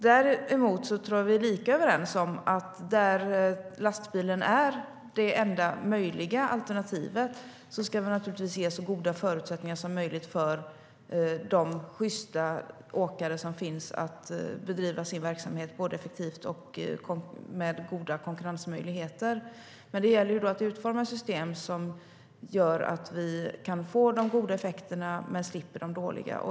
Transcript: Däremot tror jag att vi är lika överens om att där lastbilen är det enda möjliga alternativet ska vi naturligtvis ge så goda förutsättningar som möjligt för de sjysta åkare som finns att bedriva sin verksamhet både effektivt och med goda konkurrensmöjligheter. Men det gäller då att utforma system som gör att vi kan få de goda effekterna men slipper de dåliga.